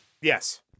Yes